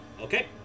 okay